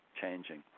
changing